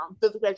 physical